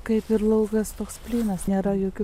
kaip ir laukas toks plynas nėra jokių